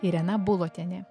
irena bulotienė